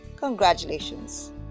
Congratulations